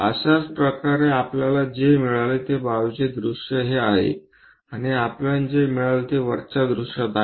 अशाच प्रकारे आपल्याला जे मिळाले ते बाजूचे दृश्य हे आहे आणि आपल्याला जे मिळाले ते वरच्या दृश्यात आहे